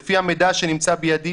לפי המידע שנמצא בידי,